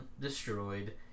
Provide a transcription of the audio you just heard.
destroyed